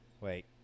wait